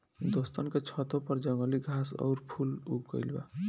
दोस्तन के छतों पर जंगली घास आउर फूल उग गइल बा